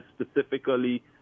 specifically